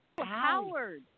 Howard